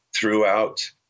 throughout